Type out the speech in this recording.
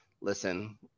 Listen